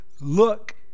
Look